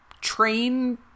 train